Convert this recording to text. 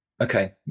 Okay